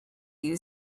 you